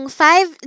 five